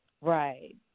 Right